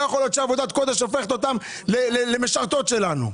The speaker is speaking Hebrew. לא יכול להיות שעבודת קודש הופכת אותן למשרתות שלנו,